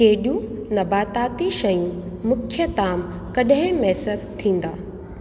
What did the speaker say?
कहिॾियूं नबाताती शयूं मुख्य ताम कॾहिं मुयसरु थींदा